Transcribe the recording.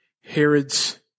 Herod's